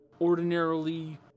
ordinarily